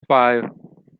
five